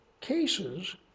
cases